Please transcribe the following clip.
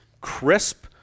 crisp